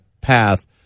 path